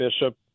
Bishop